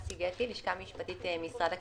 מהלשכה המשפטית במשרד הכלכלה.